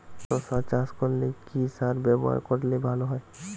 শশা চাষ করলে কি সার ব্যবহার করলে ভালো হয়?